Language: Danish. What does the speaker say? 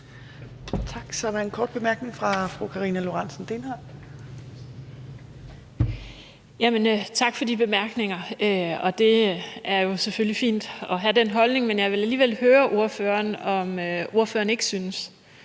Karina Lorentzen Dehnhardt (SF): Tak for de bemærkninger. Det er jo selvfølgelig fint at have den holdning. Men jeg vil alligevel høre ordføreren, om ordføreren ikke synes,